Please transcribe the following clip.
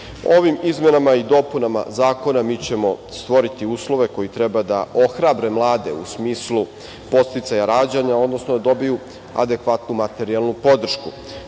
Ovim izmenama i dopunama zakona mi ćemo stvoriti uslove koji treba da ohrabre mlade u smislu podsticaja rađanja, odnosno da dobiju adekvatnu materijalnu podršku. Posebno